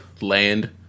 land